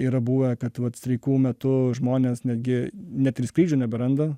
yra buvę kad vat streikų metu žmonės netgi net ir skrydžių neberanda